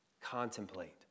contemplate